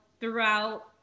throughout